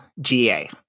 GA